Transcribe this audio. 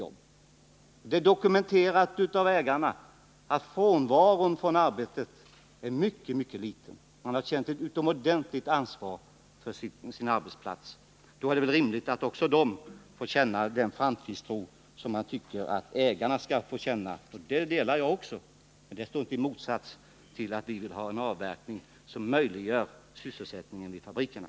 Ägarna har dokumenterat att frånvaron från arbetet är mycket liten. Man har känt ett utomordentligt ansvar för sitt arbete. Då är det väl rimligt att också löntagarna får känna den framtidstro som ägarna tillåts känna. Den uppfattningen delar jag också, och den står inte i motsats till vår strävan efter en avverkning som gör det möjligt att upprätthålla sysselsättningen vid fabrikerna.